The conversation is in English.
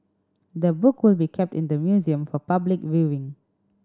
the book will be kept in the museum for public viewing